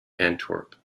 antwerp